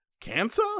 cancer